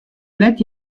net